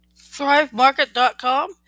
ThriveMarket.com